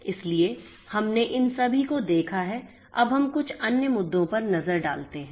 इसलिए हमने इन सभी को देखा है अब हम कुछ अन्य मुद्दों पर नजर डालते हैं